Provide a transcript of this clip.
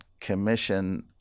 commission